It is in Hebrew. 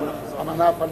האמנה הפלסטינית?